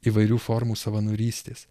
įvairių formų savanorystės